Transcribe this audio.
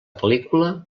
pel·lícula